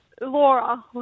Laura